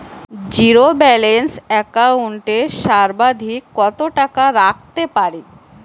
Zero balance account এ সর্বাধিক কত টাকা রাখতে পারি?